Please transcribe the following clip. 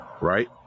right